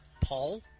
Paul